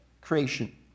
creation